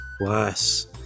worse